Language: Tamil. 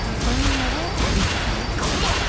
குழந்தைங்களோட